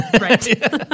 Right